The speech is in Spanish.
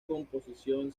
composición